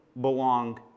belong